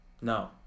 No